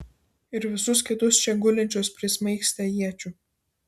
ir visus kitus čia gulinčius prismaigstė iečių